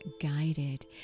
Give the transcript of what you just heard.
guided